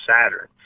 Saturn